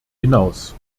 hinaus